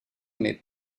mais